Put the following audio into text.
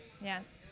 Yes